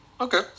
okay